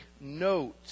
note